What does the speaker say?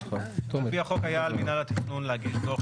על פי החוק היה על מינהל התכנון להגיש דוח